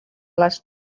les